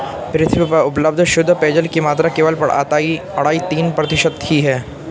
पृथ्वी पर उपलब्ध शुद्ध पेजयल की मात्रा केवल अढ़ाई तीन प्रतिशत ही है